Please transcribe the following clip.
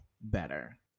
better